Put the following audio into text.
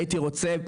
הייתי רוצה,